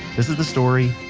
this is the story,